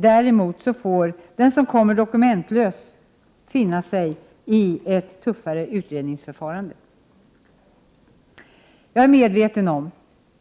Däremot får den som kommer dokumentlös finna sig i ett tuffare utredningsförfarande. Jag är medveten om